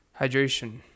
hydration